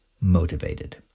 motivated